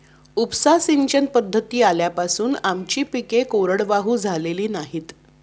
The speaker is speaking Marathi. उपसा सिंचन पद्धती आल्यापासून आमची पिके कोरडवाहू झालेली नाहीत